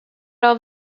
off